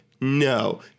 no